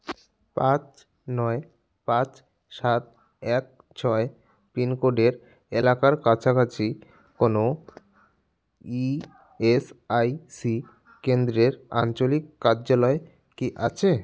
পাঁচ নয় পাঁচ সাত এক ছয় পিনকোডের এলাকার কাছাকাছি কোনো ই এস আই সি কেন্দ্রের আঞ্চলিক কার্যালয় কি আছে